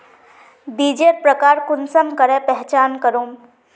बीजेर प्रकार कुंसम करे पहचान करूम?